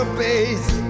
face